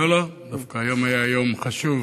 לא, לא, דווקא היום היה יום חשוב,